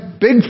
big